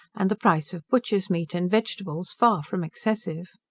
and the price of butcher's meat and vegetables far from excessive.